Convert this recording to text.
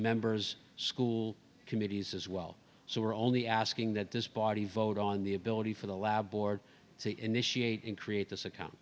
members school committees as well so we're only asking that this body vote on the ability for the lab board to initiate and create th